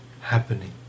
happening